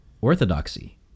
Orthodoxy